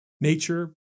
nature